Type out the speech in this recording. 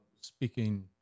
speaking